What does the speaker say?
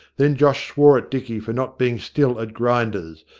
then josh swore at dicky for not being still at grinder's,